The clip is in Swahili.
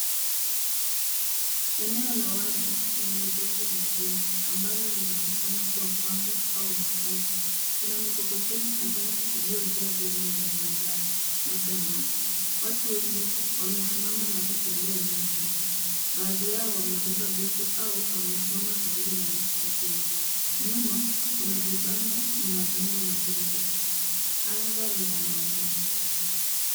Eneo la wazi lenye udongo mwekundu, ambalo linaonekana kuwa kambi au makazi. Kuna mikokoteni kadhaa iliyojaa vyombo vya manjano labda maji. Watu wengi wamesimama na kutembea eneo hilo. Baadhi yao wamebeba vitu au wamesimama karibu na mikokoteni. Nyuma kuna vibanda na majengo madogo. Anga lina mawingu.